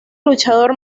luchador